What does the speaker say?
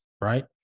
right